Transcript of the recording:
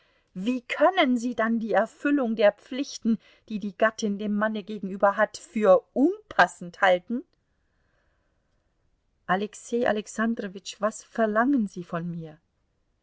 wie können sie dann die erfüllung der pflichten die die gattin dem manne gegenüber hat für unpassend halten alexei alexandrowitsch was verlangen sie von mir